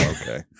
Okay